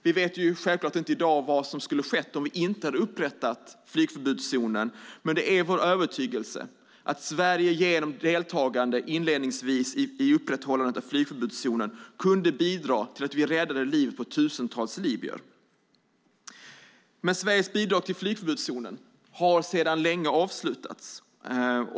Vi vet självfallet inte i dag vad som skulle ha skett om vi inte hade upprättat flygförbudszonen, men det är vår övertygelse att Sverige genom deltagande inledningsvis i upprätthållandet av flygförbudszonen kunde bidra till att rädda livet på tusentals libyer. Men Sveriges bidrag till flygförbudszonen är sedan länge avslutad.